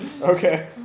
Okay